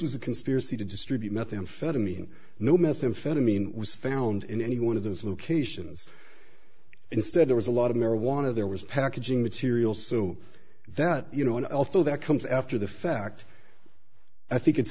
was a conspiracy to distribute methamphetamine no methamphetamine was found in any one of those locations instead there was a lot of marijuana there was packaging material so that you know and also that comes after the fact i think it's